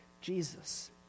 Jesus